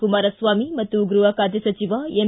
ಕುಮಾರಸ್ವಾಮಿ ಮತ್ತು ಗೃಹ ಖಾತೆ ಸಚಿವ ಎಂ